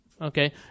okay